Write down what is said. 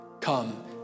Come